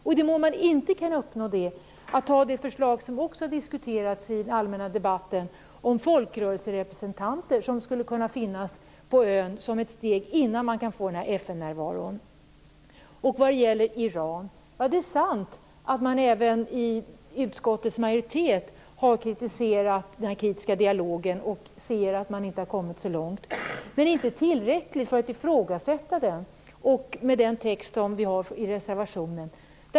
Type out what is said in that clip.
Och i den mån det inte går att uppnå det - varför inte anta det förslag som också har diskuterats i den allmänna debatten, förslaget om folkrörelserepresentanter? De skulle kunna finnas på ön som ett steg innan man kan få en FN-närvaro. Så till Iran. Det är sant att även utskottets majoritet har kritiserat den kritiska dialogen och sett att man inte har kommit så långt. Men det är inte tillräckligt för att ifrågasätta det, med den text som vi har i reservationen.